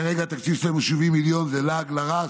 כרגע התקציב שלהם הוא 70 מיליון, זה לעג לרש.